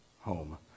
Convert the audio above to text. home